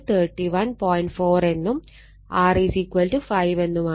4 എന്നും R 5 എന്നുമാണ്